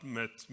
met